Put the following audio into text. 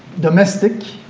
domestic,